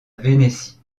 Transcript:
vénétie